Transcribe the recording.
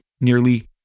nearly